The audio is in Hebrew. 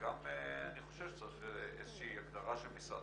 וגם אני חושב שצריך איזושהי הגדרה של משרד